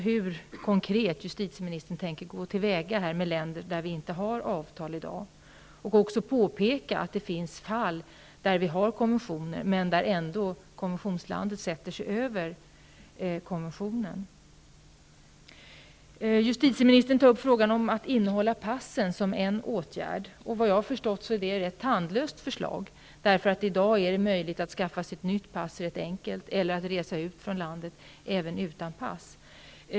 Hur tänker justitieministern konkret gå till väga när det gäller länder som Sverige inte har avtal med i dag? Jag vill påpeka att det finns fall där det finns konventioner, men där konventionslandet har satt sig över konventionen. Justitieministern tar upp frågan om att som en åtgärd hålla inne passen. Vad jag har förstått är det ett tandlöst förslag. I dag är det rätt enkelt att skaffa sig ett nytt pass eller att resa ut ur landet utan pass.